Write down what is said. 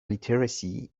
literacy